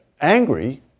angry